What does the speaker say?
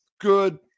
good